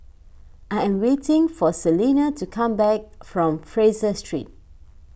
I am waiting for Celina to come back from Fraser Street